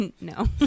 No